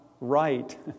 right